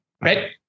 Right